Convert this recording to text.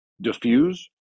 diffuse